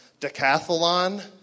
decathlon